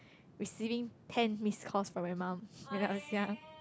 receiving ten missed calls from my mom ya ya